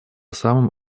самым